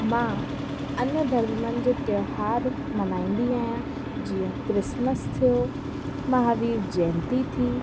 मां अन्य धर्मनि जे त्योहार मल्हाईंदी आहियां जीअं क्रिसमस थियो महावीर जयंती थी